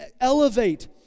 elevate